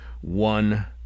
one